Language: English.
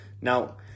Now